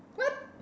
what